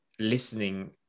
listening